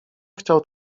chciał